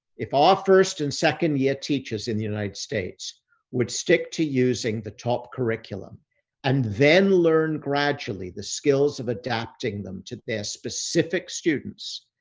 if our first and second-year teachers in the united states would stick to using the top curriculum and then learn gradually the skills of adapting them to their specific students,